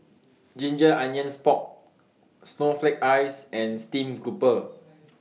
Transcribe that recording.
Ginger Onions Pork Snowflake Ice and Stream Grouper